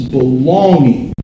belonging